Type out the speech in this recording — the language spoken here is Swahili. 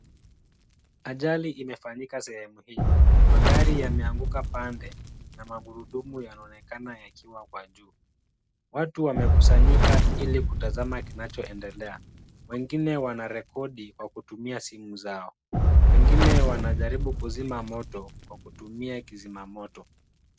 Ajali imefanyika sehemu hii. Magari yameanguka pande na magurudumu yanaonekana yakiwa kwa juu. Watu wamekusanyika ili kutazama kinachoendelea. Wengine wanarekodi kwa kutumia simu zao. Wengine wanajaribu kuzima moto kwa kutumia kizima moto.